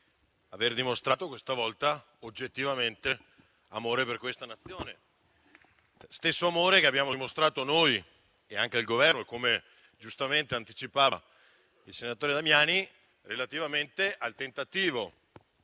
aver dimostrato questa volta oggettivamente amore per questa Nazione. Lo stesso amore che abbiamo dimostrato noi e anche il Governo, come giustamente anticipava il senatore Damiani, relativamente al tentativo